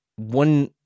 One